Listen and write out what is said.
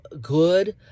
good